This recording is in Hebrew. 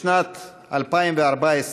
בשנת 2014,